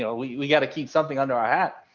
yeah we we got to keep something under our hat.